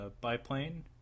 biplane